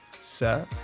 Sir